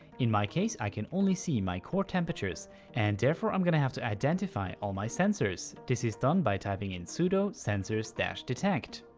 in my case i can only see my core temperatures and therefore i'm gonna have to identify all my sensors. this is done by typing in sudo sensors detect.